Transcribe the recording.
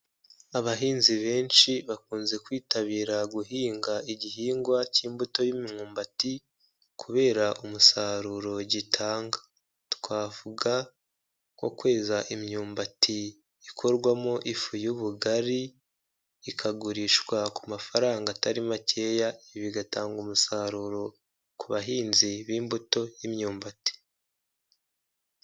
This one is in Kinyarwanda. Abahinzi benshi bakunze kwitabira guhinga igihingwa k'imbuto y'imyumbati kubera umusaruro gitanga. Twavuga nko kweza imyumbati ikorwamo ifu y'ubugari ikagurishwa ku mafaranga atari makeya, bigatanga umusaruro ku bahinzi b'imbuto y'imyumbati.